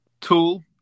tool